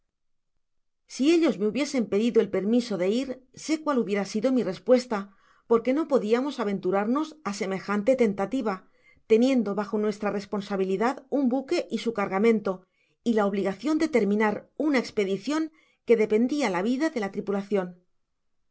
si ellos me hubiesen pedido el permiso de ir sé cuál hubiera sido mi respuesta porque no podiamos aventurame á semejante tentativa teniendo bajo nuestra responsabilidad un buque y su cargamento y la obligacion de terminar una cspedicion que dependia la vida de la tripulacion